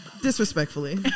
disrespectfully